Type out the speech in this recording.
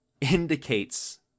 indicates